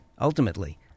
ultimately